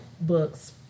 books